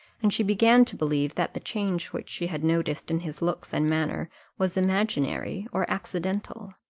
and she began to believe that the change which she had noticed in his looks and manner was imaginary or accidental.